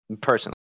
personally